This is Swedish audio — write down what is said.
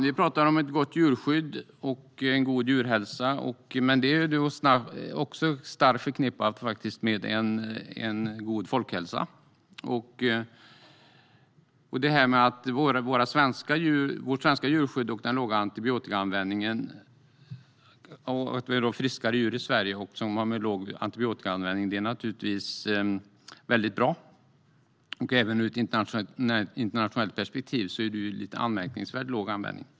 Vi talar om ett gott djurskydd och en god djurhälsa. De är också starkt förknippade med en god folkhälsa. Vårt svenska djurskydd och den låga antibiotikaanvändningen med friskare djur i Sverige är väldigt bra. Även ur ett internationellt perspektiv är det en lite anmärkningsvärt låg användning.